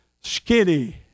skinny